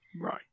right